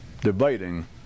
debating